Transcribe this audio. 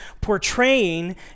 portraying